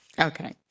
Okay